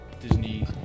Disney